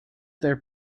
their